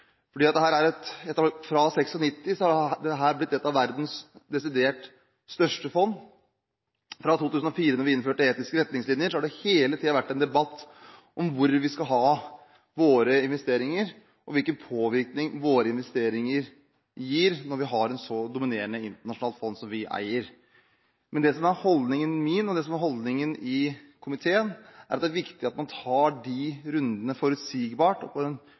Fra 1996 har dette blitt et av verdens desidert største fond. Fra 2004, da vi innførte etiske retningslinjer, har det hele tiden vært en debatt om hvor vi skal ha våre investeringer og hvilken påvirkning våre investeringer gir når vi eier et så dominerende internasjonalt fond som vi gjør. Det som er holdningen min og det som er holdningen i komiteen, er at det er viktig at man tar de rundene forutsigbart